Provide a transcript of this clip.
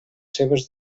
seves